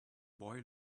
boy